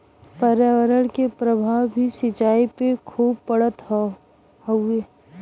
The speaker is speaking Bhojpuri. पर्यावरण के प्रभाव भी सिंचाई पे खूब पड़त हउवे